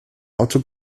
auto